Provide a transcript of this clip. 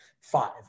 five